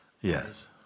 Yes